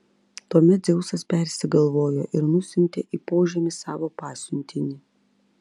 tuomet dzeusas persigalvojo ir nusiuntė į požemį savo pasiuntinį